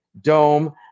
dome